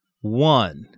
one